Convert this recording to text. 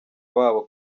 babo